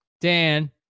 Dan